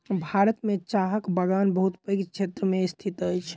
भारत में चाहक बगान बहुत पैघ क्षेत्र में स्थित अछि